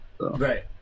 Right